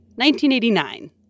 1989